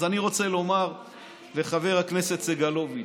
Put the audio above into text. אז אני רוצה לומר לחבר הכנסת סגלוביץ',